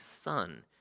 son